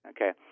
Okay